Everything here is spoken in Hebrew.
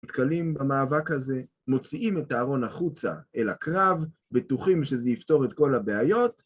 נתקלים במאבק הזה, מוציאים את הארון החוצה אל הקרב, בטוחים שזה יפתור את כל הבעיות.